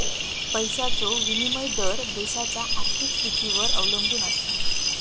पैशाचो विनिमय दर देशाच्या आर्थिक स्थितीवर अवलंबून आसता